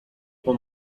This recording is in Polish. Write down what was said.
pan